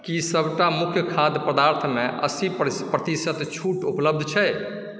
की सबटा मुख्य खाद्य पदार्थमे अस्सी प्रतिशत छूट उपलब्ध छै